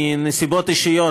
בנסיבות אישיות,